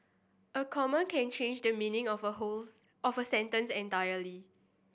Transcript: a comma can change the meaning of a whole of a sentence entirely